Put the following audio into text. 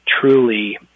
truly